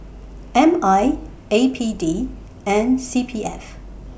M I A P D and C P F